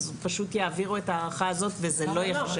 אז פשוט יעבירו את ההערכה הזאת וזה לא יחשב